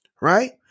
right